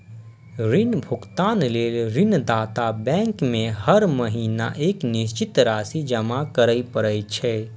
ऋण भुगतान लेल ऋणदाता बैंक में हर महीना एक निश्चित राशि जमा करय पड़ै छै